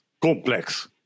complex